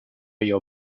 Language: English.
your